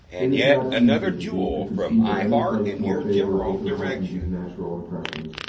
it is not easy, indeed, to conceive of any place more favorable to heighten these natural impressions,